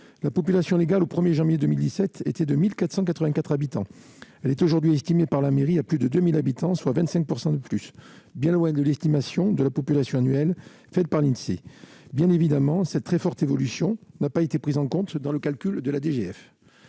La population légale au 1 janvier 2017 était de 1 484 habitants. Elle est aujourd'hui estimée par la mairie à plus de 2 000 habitants, soit 25 % de plus, bien loin de l'estimation de la population annuelle faite par l'Insee. Bien évidemment, cette très forte évolution n'a pas été prise en compte dans le calcul de la DGF,